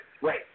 Wait